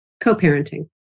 Co-parenting